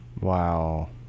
Wow